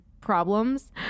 problems